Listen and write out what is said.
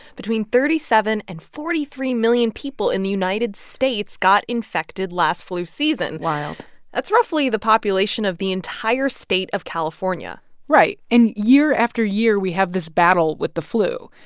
between thirty seven and forty three million people in the united states got infected last flu season wild that's roughly the population of the entire state of california right. and year after year, we have this battle with the flu.